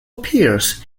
appears